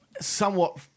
somewhat